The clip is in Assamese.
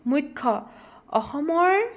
মুখ্য অসমৰ